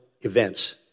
events